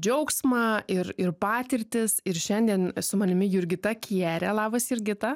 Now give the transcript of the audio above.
džiaugsmą ir ir patirtis ir šiandien su manimi jurgita kierė labas jurgita